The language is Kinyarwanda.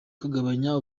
kagabanya